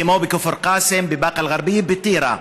כמו בכפר קאסם, בבאקה אל-גרבייה ובטירה.